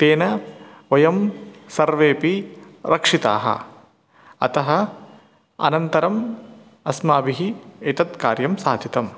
तेन वयं सर्वेऽपि रक्षिताः अतः अनन्तरम् अस्माभिः एतत् कार्यं साधितं